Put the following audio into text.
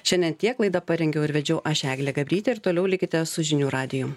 šiandien tiek laidą parengiau ir vedžiau aš eglė gabrytė ir toliau likite su žinių radiju